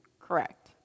Correct